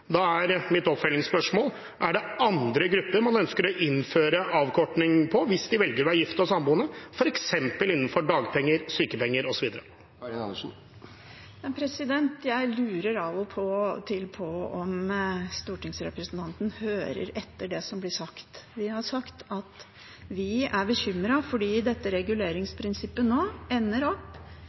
er mitt oppfølgingsspørsmål: Er det andre grupper man ønsker å innføre avkortning for hvis de velger å være gifte eller samboende, f.eks. innenfor dagpenger, sykepenger osv.? Jeg lurer av og til på om stortingsrepresentanten hører etter det som blir sagt. Vi har sagt at vi er bekymret fordi dette reguleringsprinsippet for andre året – og det ser nå